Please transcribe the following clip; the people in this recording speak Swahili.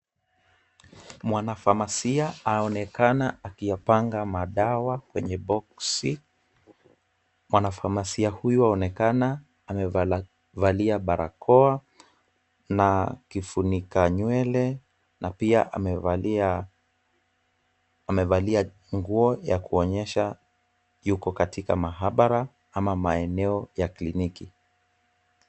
Mwanafamasia aonekana akiyapanga madawa kwenye boksi. Mwanafamasia huyu aonekana amevalia barakoa na kifunika nywele na pia amevalia nguo ya kuonyesha yuko katika mahabara ama maeneo ya kliniki.